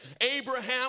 Abraham